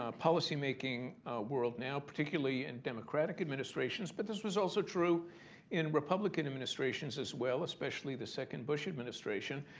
ah policymaking world now, particularly in democratic administrations but this was also true in republican administrations as well, especially the second bush administration,